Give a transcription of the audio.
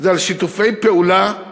זה על שיתופי פעולה אזוריים.